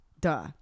Duh